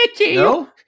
No